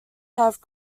have